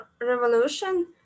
revolution